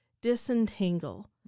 disentangle